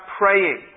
praying